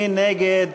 מי נגד?